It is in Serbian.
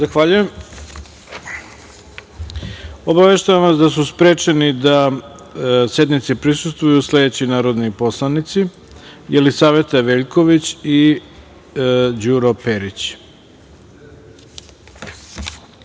Zahvaljujem. Obaveštavam da su sprečeni da sednici prisustvuju sledeći narodni poslanici: Jelisaveta Veljković i Đuro Perić. Dame